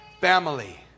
family